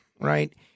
right